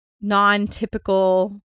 non-typical